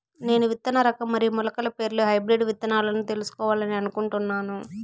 నేను విత్తన రకం మరియు మొలకల పేర్లు హైబ్రిడ్ విత్తనాలను తెలుసుకోవాలని అనుకుంటున్నాను?